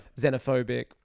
xenophobic